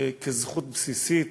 כזכות בסיסית.